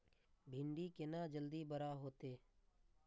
भिंडी केना जल्दी बड़ा होते?